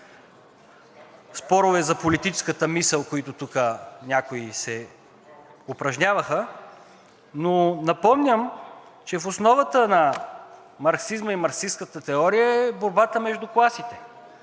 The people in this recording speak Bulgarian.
спорове за политическата мисъл, което тук някои се упражняваха, но напомням, че в основата на марксизма и марксистката теория е борбата между класите.